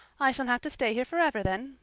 i shall have to stay here forever then,